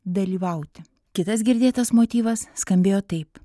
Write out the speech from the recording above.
dalyvauti kitas girdėtas motyvas skambėjo taip